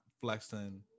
flexing